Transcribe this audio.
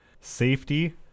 safety